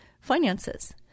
finances